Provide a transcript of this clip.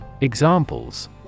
Examples